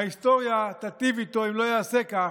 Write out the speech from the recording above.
ההיסטוריה תיטיב איתו, ואם לא יעשה כך,